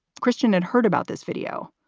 christian had heard about this video.